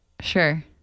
Sure